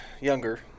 younger